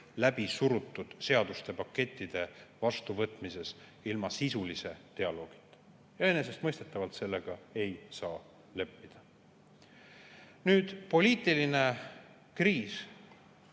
läbisurutud seaduste pakettide vastuvõtmisega ilma sisulise dialoogita. Enesestmõistetavalt sellega ei saa leppida. Poliitiline kriis